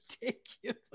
ridiculous